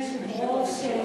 היושב-ראש.